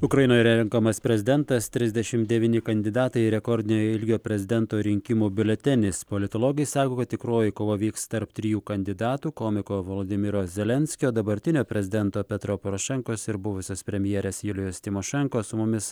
ukrainoje renkamas prezidentas trisdešimt devyni kandidatai rekordinio ilgio prezidento rinkimų biuletenis politologai sako kad tikroji kova vyks tarp trijų kandidatų komiko volodymyro zelenskio dabartinio prezidento petro porošenkos ir buvusios premjerės julijos tymošenko su mumis